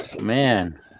Man